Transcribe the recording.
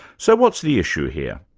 so what's the issue here?